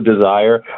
desire